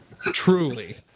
Truly